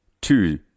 two